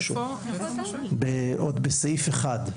בסעיף 1,